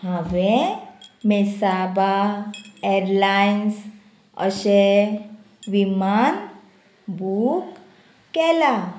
हांवें Mesaba Airlines अशें विमान बूक केला